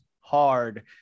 hard